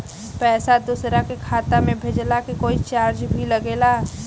पैसा दोसरा के खाता मे भेजला के कोई चार्ज भी लागेला?